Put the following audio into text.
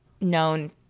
known